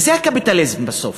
וזה הקפיטליזם בסוף.